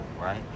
right